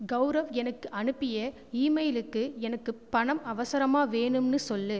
கௌரவ் எனக்கு அனுப்பிய ஈமெயிலுக்கு எனக்குப் பணம் அவசரமாக வேணும்னு சொல்லு